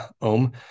ohm